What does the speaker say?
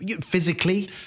physically